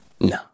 No